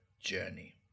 journey